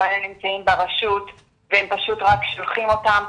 לפעמים הם נמצאים ברשות והם פשוט רק שולחים אותם.